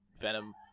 Venom